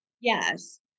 Yes